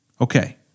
Okay